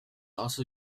also